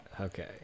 Okay